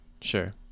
Sure